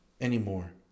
anymore